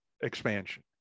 expansion